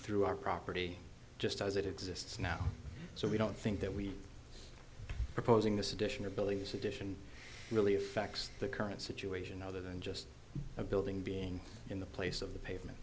through our property just as it exists now so we don't think that we proposing this edition or believes edition really effects the current situation other than just a building being in the place of the pavement